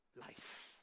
life